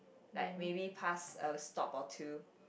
like maybe pass I'll stop or two